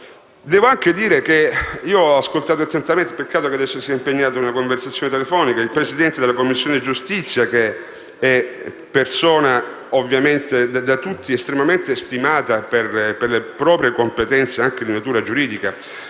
Devo anche dire che ho ascoltato attentamente - peccato che adesso sia impegnato in una conversazione telefonica - il Presidente della Commissione giustizia, che è persona da tutti estremamente stimata per le proprie competenze anche di natura giuridica.